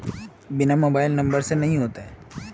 बिना mobile number से नहीं होते?